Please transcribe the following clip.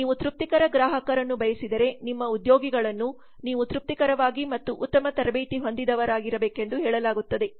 ನೀವು ತೃಪ್ತಿಕರ ಗ್ರಾಹಕರನ್ನು ಬಯಸಿದರೆ ನಿಮ್ಮ ಉದ್ಯೋಗಿಗಳನ್ನು ನೀವು ತೃಪ್ತಿಕರವಾಗಿ ಮತ್ತು ಉತ್ತಮ ತರಬೇತಿ ಹೊಂದಿದವರಾಗಿರಬೇಕೆಂದು ಹೇಳಲಾಗುತ್ತದೆ